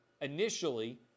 initially